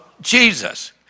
Jesus